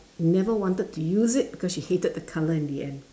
never wanted to use it because she hated the colour in the end